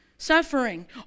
suffering